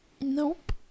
Nope